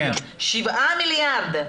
7 מיליארד,